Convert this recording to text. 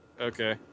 Okay